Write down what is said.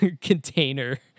container